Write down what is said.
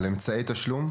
על אמצעי תשלום?